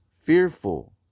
fearful